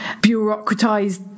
bureaucratized